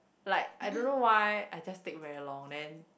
like I don't know why I just take very long then